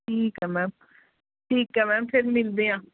ਠੀਕ ਹੈ ਮੈਮ ਠੀਕ ਹੈ ਮੈਮ ਫਿਰ ਮਿਲਦੇ ਹਾਂ